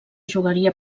jugaria